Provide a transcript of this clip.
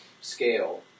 scale